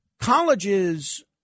colleges